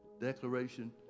declaration